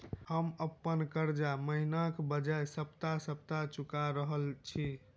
हम अप्पन कर्जा महिनाक बजाय सप्ताह सप्ताह चुका रहल छि